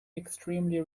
extremely